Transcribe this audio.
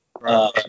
Right